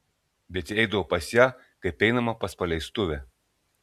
bet jie eidavo pas ją kaip einama pas paleistuvę